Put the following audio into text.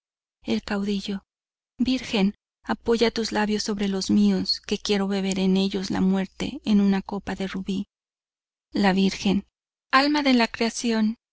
el caudillo virgen apoya tus labios sobre los míos que quiero beber en ellos la muerte en una copa de rubí ii la virgen alma de la creación